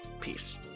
peace